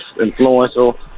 influential